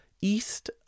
east